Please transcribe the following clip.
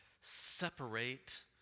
separate